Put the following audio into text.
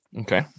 Okay